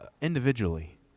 individually